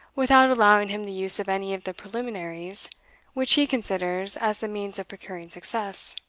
without allowing him the use of any of the preliminaries which he considers as the means of procuring success.